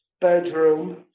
bedroom